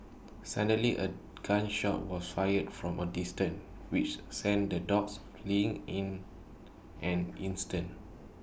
suddenly A gun shot was fired from A distance which sent the dogs fleeing in an instant